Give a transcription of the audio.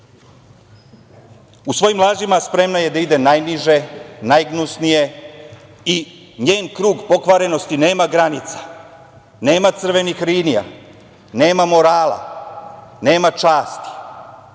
U svojim lažima spremna je da ide najniže, najgnusnije i njen krug pokvarenosti nema granice, nema crvenih linija, nema morala, nema časti.